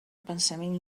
pensament